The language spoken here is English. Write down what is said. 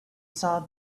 saw